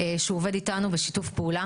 שהוא עובד איתנו בשיתוף פעולה.